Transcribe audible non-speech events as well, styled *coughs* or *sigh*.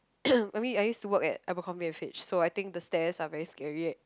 *coughs* I mean I used to work at Abercrombie and Fitch so I think the stairs are very scary eh